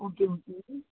okay okay